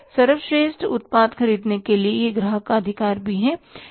सर्वश्रेष्ठ उत्पाद खरीदने के लिए यह ग्राहक का अधिकार भी है